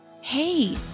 Hey